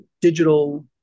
digital